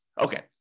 Okay